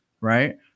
Right